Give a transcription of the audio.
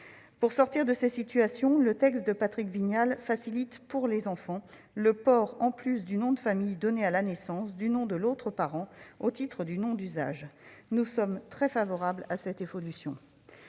Pour sortir de ces situations, le texte de Patrick Vignal facilite pour les enfants le port, en plus du nom de famille donné à la naissance, du nom de l'autre parent au titre de nom d'usage. Nous sommes très favorables à cette évolution.